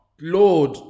Lord